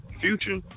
Future